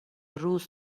روز